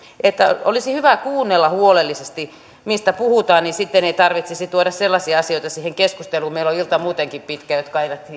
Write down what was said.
olisi hyvä kuunnella huolellisesti mistä puhutaan niin sitten ei tarvitsisi tuoda sellaisia asioita siihen keskusteluun meillä on ilta muutenkin pitkä jotka eivät